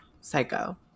psycho